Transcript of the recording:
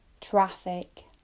traffic